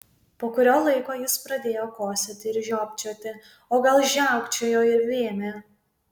po kurio laiko jis pradėjo kosėti ir žiopčioti o gal žiaukčiojo ir vėmė